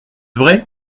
vrai